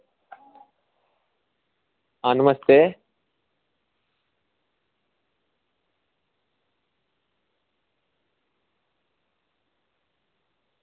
आं नमस्ते